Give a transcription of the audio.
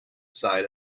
side